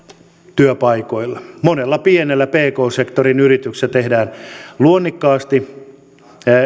työpaikoilla monessa pienessä pk sektorin yrityksessä tehdään luonnikkaasti